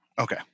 Okay